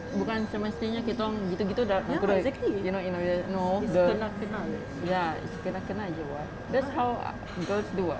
bukan kita semestinya kita orang gitu gitu kita dah you know in a way no !duh! ya it's kenal-kenal jer what that's how girls do [what]